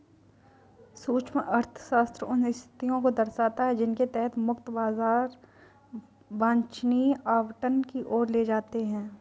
सूक्ष्म अर्थशास्त्र उन स्थितियों को दर्शाता है जिनके तहत मुक्त बाजार वांछनीय आवंटन की ओर ले जाते हैं